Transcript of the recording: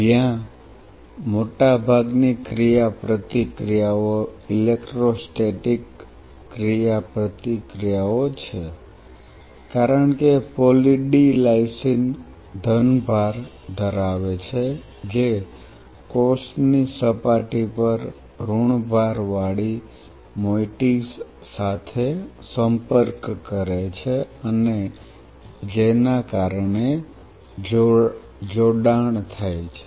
જ્યાં મોટાભાગની ક્રિયાપ્રતિક્રિયાઓ ઇલેક્ટ્રોસ્ટેટિક ક્રિયાપ્રતિક્રિયાઓ છે કારણ કે પોલિ ડી લાઇસિન ઘન ભાર ધરાવે છે જે કોષની સપાટી પર ઋણ ભાર વાળી મોઇટીસ સાથે સંપર્ક કરે છે અને જેના કારણે જોડાણ થાય છે